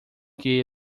que